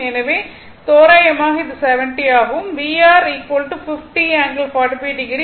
எனவே தோராயமாக இது 70 ஆகும் VR 50 ∠45o